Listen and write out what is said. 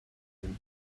him